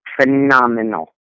Phenomenal